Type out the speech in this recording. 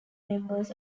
members